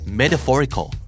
metaphorical